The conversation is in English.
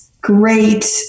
great